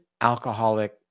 alcoholic